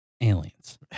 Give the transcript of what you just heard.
Aliens